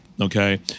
Okay